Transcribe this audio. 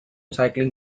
cycling